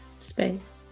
Space